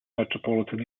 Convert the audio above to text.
metropolitan